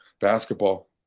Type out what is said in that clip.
basketball